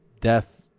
death